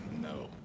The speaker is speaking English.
no